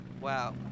Wow